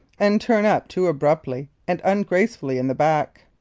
and turn up too abruptly and ungracefully in the back.